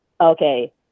okay